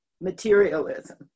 materialism